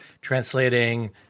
translating